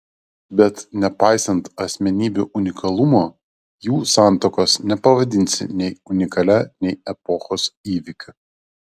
bet nepaisant asmenybių unikalumo jų santuokos nepavadinsi nei unikalia nei epochos įvykiu